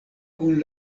kun